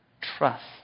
trust